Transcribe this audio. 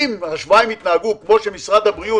ואם המצב בשבועיים האלה יהיה כמו שמשרד הבריאות